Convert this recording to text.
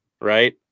right